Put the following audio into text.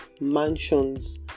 mansions